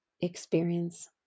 experience